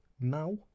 now